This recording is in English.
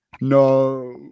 No